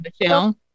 Michelle